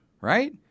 Right